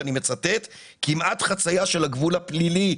ואני מצטט: "כמעט חצייה של הגבול הפלילי".